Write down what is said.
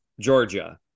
Georgia